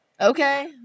Okay